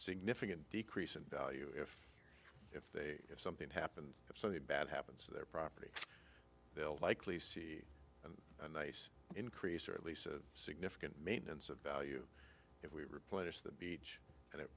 significant decrease in value if if they if something happens if something bad happens to their property we'll likely see a nice increase or at least a significant maintenance of value if we replace the beach and i